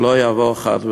שלא יבוא, חס ושלום,